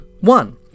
one